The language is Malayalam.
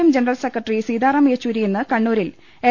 M general secretary Sitaram Yechury ഇന്ന് കണ്ണൂരിൽ എൽ